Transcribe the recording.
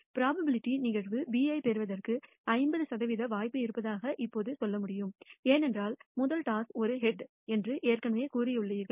probability நிகழ்வு B ஐப் பெறுவதற்கு 50 சதவிகித வாய்ப்பு இருப்பதாக இப்போது சொல்ல முடியும் ஏனென்றால் முதல் டாஸ் ஒரு ஹெட் என்று ஏற்கனவே கூறியுள்ளீர்கள்